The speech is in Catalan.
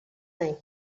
any